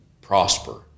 prosper